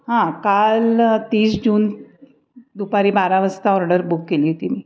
हां काल तीस जून दुपारी बारा वाजता ऑर्डर बुक केली होती मी